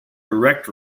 direct